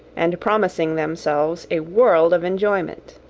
and promising themselves a world of enjoyment.